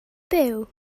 byw